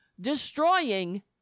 destroying